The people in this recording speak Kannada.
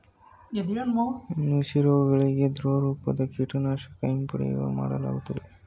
ನುಸಿ ರೋಗಗಳಿಗೆ ದ್ರವರೂಪದ ಕೀಟನಾಶಕಗಳು ಸಿಂಪಡನೆ ಮಾಡಲಾಗುತ್ತದೆ